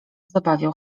zabawiał